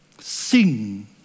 Sing